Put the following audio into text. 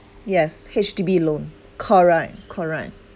yes H_D_B loan correct correct